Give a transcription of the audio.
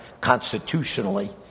constitutionally